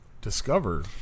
discover